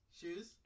Shoes